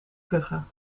kuchen